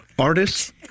Artists